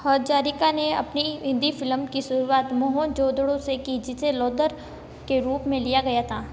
हजारिका ने अपनी हिंदी फिलम की शुरआत मोहनजोदड़ो से की जिसे लोथर के रूप में लिया गया था